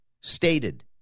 stated